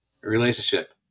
relationship